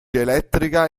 elettrica